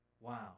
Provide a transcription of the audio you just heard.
Wow